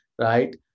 right